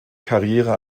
karriere